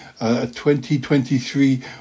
2023